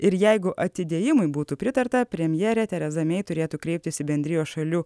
ir jeigu atidėjimui būtų pritarta premjerė teresa mei turėtų kreiptis į bendrijos šalių